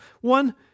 One